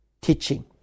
teaching